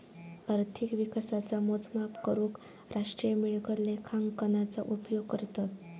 अर्थिक विकासाचा मोजमाप करूक राष्ट्रीय मिळकत लेखांकनाचा उपयोग करतत